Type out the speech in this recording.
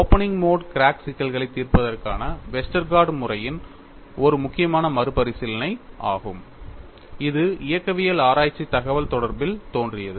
opening mode crack சிக்கல்களைத் தீர்ப்பதற்கான Westergaard முறையின் ஒரு முக்கியமான மறுபரிசீலனை ஆகும் இது இயக்கவியல் ஆராய்ச்சி தகவல்தொடர்புகளில் தோன்றியது